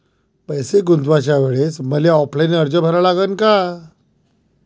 पैसे गुंतवाच्या वेळेसं मले ऑफलाईन अर्ज भरा लागन का?